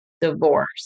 divorce